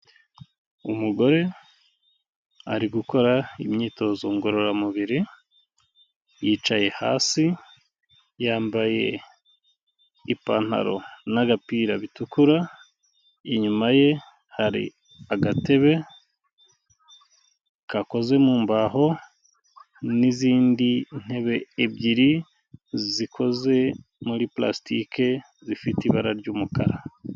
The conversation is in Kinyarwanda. Umugore ari gukora imyitozo ngororamubiri yicaye hasi, yambaye ipantaro n'agapira bitukura, inyuma ye hari agatebe gakoze mu mbaho n'izindi ntebe ebyiri zikoze muri prasitike zifite ibara ry'umukara.